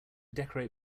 decorate